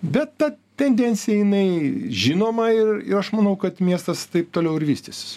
bet ta tendencija jinai žinoma ir ir aš manau kad miestas taip toliau ir vystysis